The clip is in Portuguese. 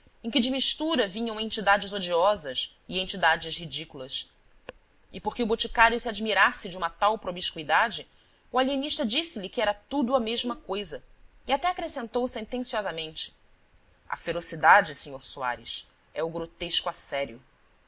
em que de mistura vinham entidades odiosas e entidades ridículas e porque o boticário se admirasse de uma tal promiscuidade o alienista disse-lhe que era tudo a mesma coisa e até acrescentou sentenciosamente a ferocidade sr soares é o grotesco a sério